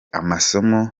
amasomo